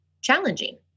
challenging